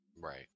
right